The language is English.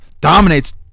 Dominates